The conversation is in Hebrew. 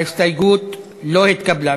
ההסתייגות לא התקבלה.